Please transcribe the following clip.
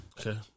Okay